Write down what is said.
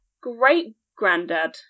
great-granddad